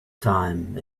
time